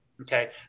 Okay